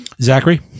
Zachary